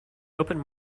open